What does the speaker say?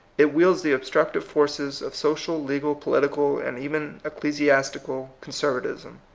it wields the obstructive forces of social, legal, political, and even ecclesiastical con servatism.